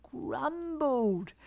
grumbled